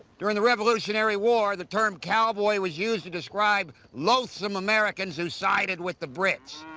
during the revolutionary war the term cowboy was used to describe loathsome americans who sided with the brits.